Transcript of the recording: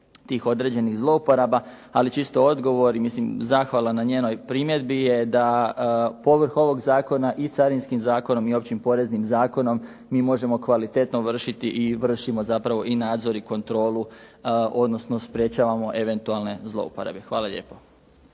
tih određenih zlouporaba, ali čisto odgovor i mislim zahvala na njenoj primjedbi je da povrh ovog zakona i Carinskim zakonom i Općim poreznim zakonom mi možemo kvalitetno vršiti i vršimo zapravo i nadzor i kontrolu, odnosno sprječavamo eventualne zlouporabe. **Bebić,